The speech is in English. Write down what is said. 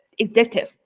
addictive